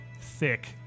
thick